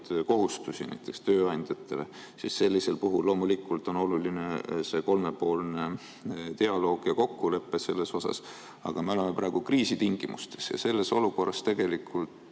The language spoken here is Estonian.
kohustusi näiteks tööandjatele, siis sellisel puhul loomulikult on oluline kolmepoolne dialoog ja kokkulepe selles osas. Aga me oleme praegu kriisitingimustes ja selles olukorras on